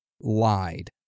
lied